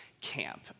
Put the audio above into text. camp